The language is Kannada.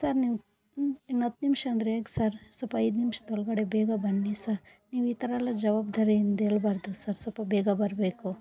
ಸರ್ ನೀವು ಇನ್ನೂ ಹತ್ತು ನಿಮಿಷ ಅಂದರೆ ಹೇಗೆ ಸರ್ ಸ್ವಲ್ಪ ಐದು ನಿಮಿಷದೊಳ್ಗಡೆ ಬೇಗ ಬನ್ನಿ ಸರ್ ನೀವು ಈ ಥರಯೆಲ್ಲ ಜವಾಬ್ದಾರಿಯಿಂದೇಳ್ಬಾರ್ದು ಸರ್ ಸ್ವಲ್ಪ ಬೇಗ ಬರಬೇಕು